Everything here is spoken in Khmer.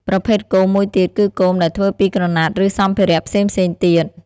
ប្រភេទគោមមួយទៀតគឺគោមដែលធ្វើពីក្រណាត់ ឬសម្ភារៈផ្សេងៗទៀត។